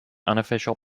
unofficial